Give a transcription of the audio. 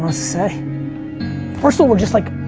we're sick. first of all, we're just like,